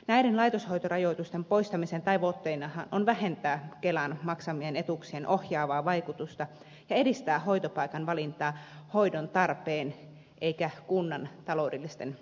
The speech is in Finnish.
näiden laitoshoitorajoitusten poistamisen tavoitteenahan on vähentää kelan maksamien etuuksien ohjaavaa vaikutusta ja edistää hoitopaikan valintaa hoidon tarpeen eikä kunnan taloudellisten tarpeitten perusteella